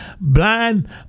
blind